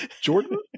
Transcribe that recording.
Jordan